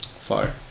Fire